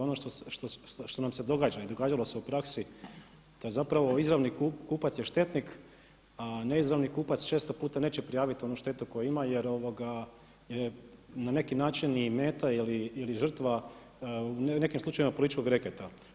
Ono što nam se događa i događalo se u praksi to je zapravo izravni kupac je štetnik, a neizravni kupac često puta neće prijaviti onu štetu koju ima jer na neki način meta ili žrtva u nekim slučajevima političkog reketa.